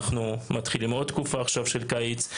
אנחנו מתחילים עכשיו את תקופת הקיץ,